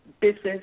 business